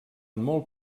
molt